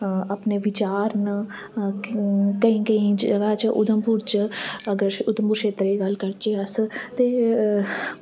अपने विचार न केईं केईं जगह च उधमपुर च अगर उधमपुर क्षेत्र दी गल्ल करचै अस ते